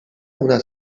una